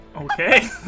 Okay